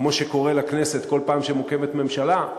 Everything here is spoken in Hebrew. כמו שקורה לכנסת כל פעם שמוקמת ממשלה,